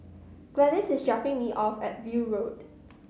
Gladyce is dropping me off at View Road